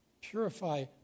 purify